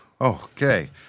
Okay